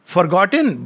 Forgotten